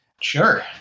Sure